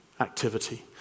Activity